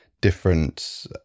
different